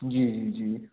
जी जी